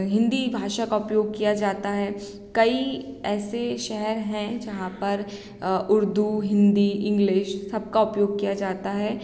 हिंदी भाषा का उपयोग किया जाता है कई ऐसे शहर हैं जहाँ पर उर्दू हिंदी इंग्लिश सबका उपयोग किया जाता है